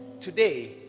today